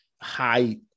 high